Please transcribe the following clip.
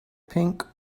pink